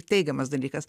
teigiamas dalykas